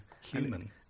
human